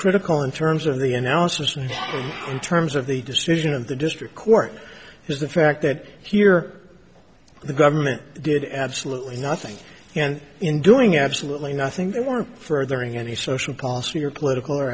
critical in terms of the analysis now in terms of the decision of the district court is the fact that here the government did absolutely nothing and in doing absolutely nothing they were furthering any social policy or political or